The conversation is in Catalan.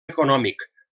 econòmic